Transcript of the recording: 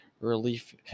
Relief